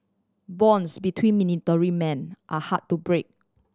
bonds between military men are hard to break